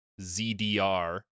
ZDR